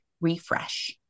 refresh